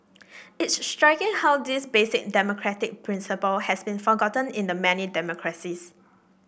it's striking how this basic democratic principle has been forgotten in many democracies